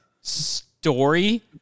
story